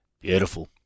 Beautiful